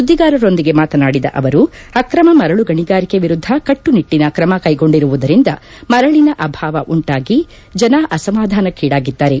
ಸುದ್ದಿಗಾರರೊಂದಿಗೆ ಮಾತನಾಡಿದ ಅವರು ಅಕ್ರಮ ಮರಳು ಗಣಿಗಾರಿಕೆ ಎರುದ್ದ ಕಟ್ಟುನಿಟ್ಟಿನ ಕ್ರಮ ಕೈಗೊಂಡಿರುವುದರಿಂದ ಮರಳನ ಅಭಾವ ಉಂಟಾಗಿ ಜನ ಅಸಮಾಧಾನಕ್ಕೇಡಾಗಿದ್ದಾರೆ